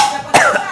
זה פשוט,